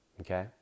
Okay